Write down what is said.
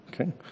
Okay